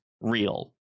real